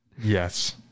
Yes